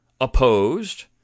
opposed